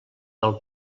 del